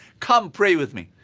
come pray with me.